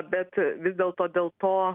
bet vis dėlto dėl to